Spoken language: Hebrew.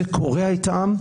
זה קורע את העם,